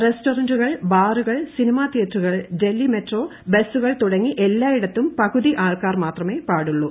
റെസ്റ്റോറൻുകൾ ബാറുകൾ സിനിമ തിയേറ്ററുകൾ ഡൽഹി മെട്രോ ബസുകൾ തുടങ്ങി എല്ലായിടത്തും പകുതി ആൾക്കാർ മാത്രമേ പാടുള്ളൂ